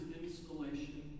installation